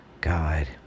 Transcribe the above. God